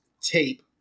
tape